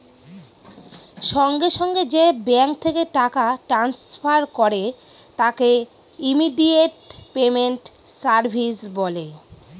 সঙ্গে সঙ্গে যে ব্যাঙ্ক থেকে টাকা ট্রান্সফার করে তাকে ইমিডিয়েট পেমেন্ট সার্ভিস বলে